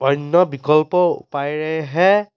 অন্য বিকল্প উপায়েৰেহে